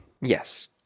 Yes